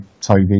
Toby